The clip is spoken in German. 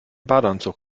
badeanzug